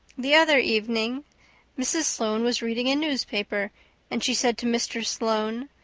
the other evening mrs. sloane was reading a newspaper and she said to mr. sloane,